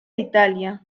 italia